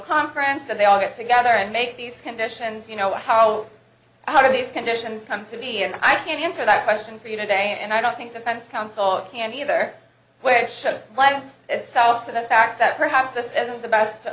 conference and they all get together and make these conditions you know how how do these conditions come to be and i can't answer that question for you today and i don't think defense counsel of can either where it should lend itself to the fact that perhaps this isn't the best